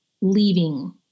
leaving